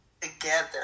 together